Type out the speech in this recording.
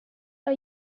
are